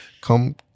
come